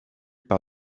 par